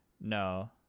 No